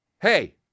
Hey